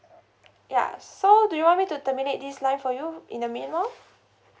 ya so do you want me to terminate this line for you in the meanwhile